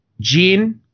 gene